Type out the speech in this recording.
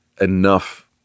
enough